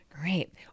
Great